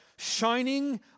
shining